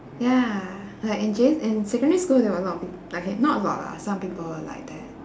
ya like in J in secondary school there were a lot of peop~ okay not a lot lah some people like that